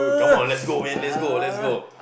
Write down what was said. come on let's go man let's go let's go